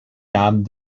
namen